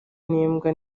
n’imbwa